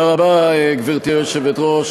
גברתי היושבת-ראש,